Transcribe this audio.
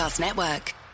network